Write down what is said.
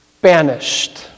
banished